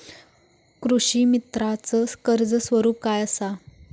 कृषीमित्राच कर्ज स्वरूप काय असा?